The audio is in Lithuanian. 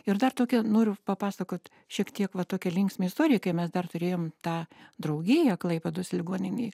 ir dar tokią noriu papasakot šiek tiek va tokią linksmą istoriją kai mes dar turėjom tą draugiją klaipėdos ligoninėj